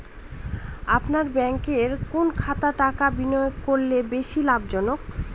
আপনার ব্যাংকে কোন খাতে টাকা বিনিয়োগ করলে বেশি লাভজনক?